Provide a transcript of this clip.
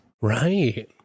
Right